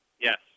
Yes